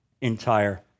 entire